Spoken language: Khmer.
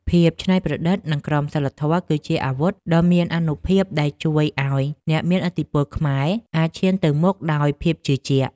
ភាពច្នៃប្រឌិតនិងក្រមសីលធម៌គឺជាអាវុធដ៏មានអានុភាពដែលជួយឱ្យអ្នកមានឥទ្ធិពលខ្មែរអាចឈានទៅមុខដោយភាពជឿជាក់។